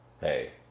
Hey